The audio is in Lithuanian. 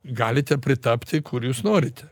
galite pritapti kur jūs norite